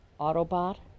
Autobot